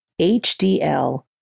HDL